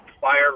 fire